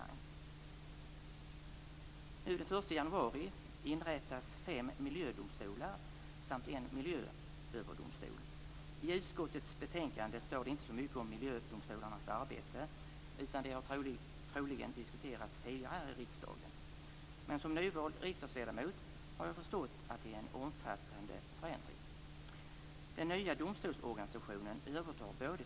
Den 1 januari 1999 inrättas fem miljödomstolar samt en miljööverdomstol. I utskottets betänkande står det inte så mycket om miljödomstolarnas arbete. Det har troligen diskuterats tidigare här i riksdagen. Men som nyvald riksdagsledamot har jag förstått att det är en omfattande förändring.